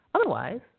Otherwise